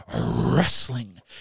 wrestling